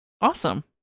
Awesome